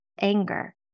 anger